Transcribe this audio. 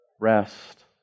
Rest